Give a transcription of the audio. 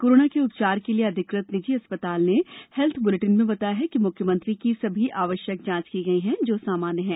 corona के उपचार के लिए अधिकृत निजी अस्पताल ने हेल्थ बुलेटिन में बताया है कि मुख्यमंत्री की सभी आवश्यक जांच की गई है जो सामान्य है